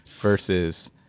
versus